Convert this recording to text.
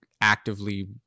actively